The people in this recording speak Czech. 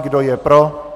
Kdo je pro?